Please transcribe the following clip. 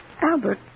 Albert